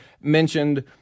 mentioned